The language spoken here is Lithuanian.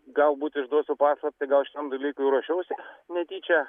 galbūt išduosiu paslaptį gal šiam dalykui ruošiausi netyčia